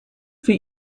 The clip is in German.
für